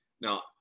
Now